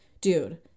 dude